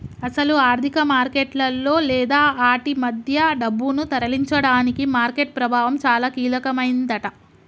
అసలు ఆర్థిక మార్కెట్లలో లేదా ఆటి మధ్య డబ్బును తరలించడానికి మార్కెట్ ప్రభావం చాలా కీలకమైందట